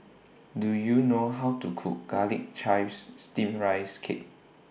Do YOU know How to Cook Garlic Chives Steamed Rice Cake